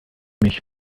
mich